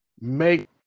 make